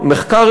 או מחקר,